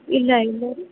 ಇಲ್ಲ ಇಲ್ಲ ರೀ